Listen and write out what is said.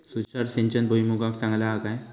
तुषार सिंचन भुईमुगाक चांगला हा काय?